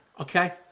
okay